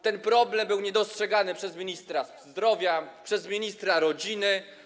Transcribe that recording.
Ten problem nie był dostrzegany przez ministra zdrowa, przez ministra rodziny.